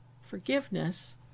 Forgiveness